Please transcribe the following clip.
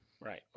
Right